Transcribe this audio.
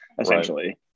essentially